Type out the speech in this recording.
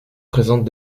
présentent